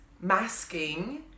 masking